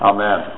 Amen